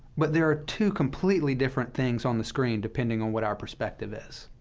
but there are two completely different things on the screen, depending on what our perspective is.